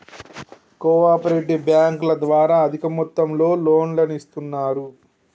co operative బ్యాంకుల ద్వారా అధిక మొత్తంలో లోన్లను ఇస్తున్నరు